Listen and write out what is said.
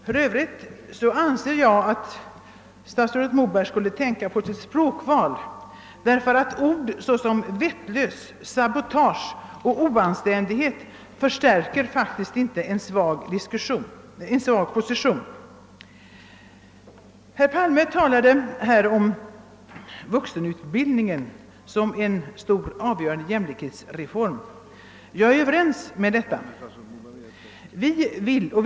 För övrigt tycker jag att statsrådet Moberg borde tänka på sitt ordval; uttryck som »vettlös», »sabotage» och »oanständighet» förstärker faktiskt inte en svag position. Herr Palme talade om vuxenutbildningen som en avgörande jämlikhetsreform. Jag är överens med honom på den punkten.